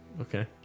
Okay